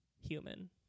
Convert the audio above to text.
human